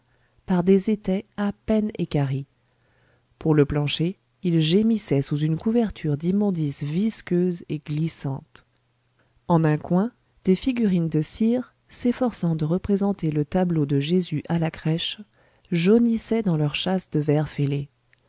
par des étais à peine équarris pour le plancher il gémissait sous une couverture d'immondices visqueuse et glissante en un coin des figurines de cire s'efforçant de représenter le tableau de jésus à la crèche jaunissaient dans leur châsse de verre fêlé